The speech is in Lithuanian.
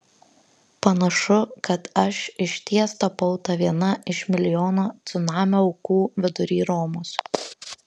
panašu kad aš išties tapau ta viena iš milijono cunamio aukų vidury romos